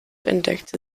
entdeckte